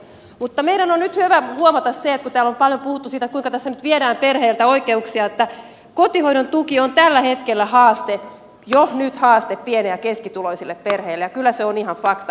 mutta meidän on nyt hyvä huomata se kun täällä on paljon puhuttu siitä kuinka tässä nyt viedään perheiltä oikeuksia että kotihoidon tuki on jo nyt tällä hetkellä haaste pieni ja keskituloisille perheille ja kyllä se on ihan fakta